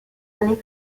années